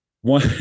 one